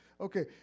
Okay